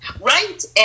Right